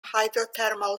hydrothermal